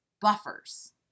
buffers